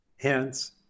Hence